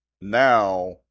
Now